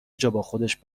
جاباخودش